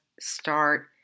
start